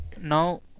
now